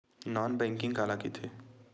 Non banking काला कइथे?